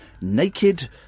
Naked